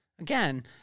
again